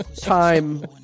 time